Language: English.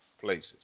places